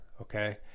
okay